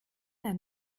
ein